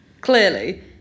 Clearly